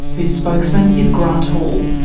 whose spokesman is grant hall.